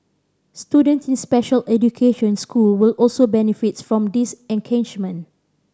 students in special education school will also benefit from these